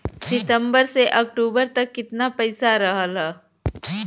सितंबर से अक्टूबर तक कितना पैसा रहल ह?